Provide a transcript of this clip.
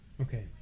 Okay